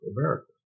America